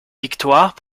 victoires